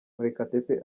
murekatete